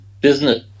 business